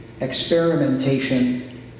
experimentation